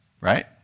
Right